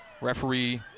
referee